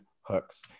Hooks